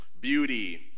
beauty